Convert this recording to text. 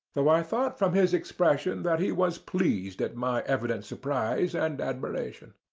though i thought from his expression that he was pleased at my evident surprise and admiration.